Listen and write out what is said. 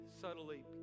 subtly